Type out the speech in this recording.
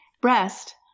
breast